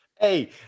Hey